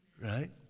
right